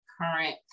current